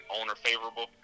owner-favorable